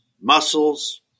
muscles